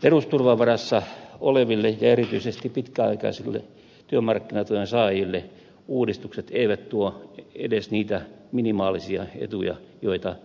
perusturvan varassa oleville ja erityisesti pitkäaikaisille työmarkkinatuen saajille uudistukset eivät tuo edes niitä minimaalisia etuja joita